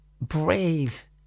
brave